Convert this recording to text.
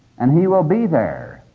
and he will be there,